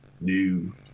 new